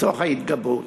לצורך ההתגברות.